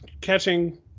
catching